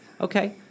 Okay